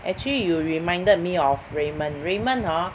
actually you reminded me of Raymond Raymond orh